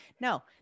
No